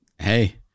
Hey